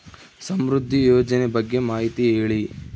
ಸಮೃದ್ಧಿ ಯೋಜನೆ ಬಗ್ಗೆ ಮಾಹಿತಿ ಹೇಳಿ?